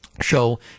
show